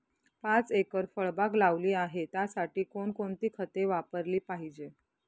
पाच एकर फळबाग लावली आहे, त्यासाठी कोणकोणती खते वापरली पाहिजे?